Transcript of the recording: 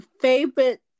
Favorite